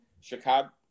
Chicago